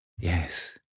Yes